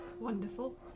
Wonderful